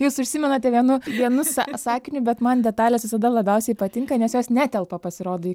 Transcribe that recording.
jūs užsimenate vienu vienu sa sakiniu bet man detalės visada labiausiai patinka nes jos netelpa pasirodo